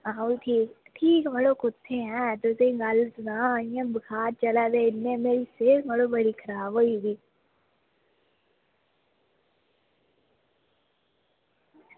आहो ठीक ठीक मड़ो कुत्थें ऐं तुसेंगी गल्ल सनांऽ इंया बुखार चला दे मेरी सेह्त जेह्ड़ी बहुत खराब होई दी